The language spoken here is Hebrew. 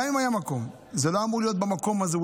גם אם היה מקום, זה לא אמור להיות במקום הזה.